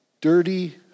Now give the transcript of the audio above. dirty